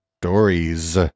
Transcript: stories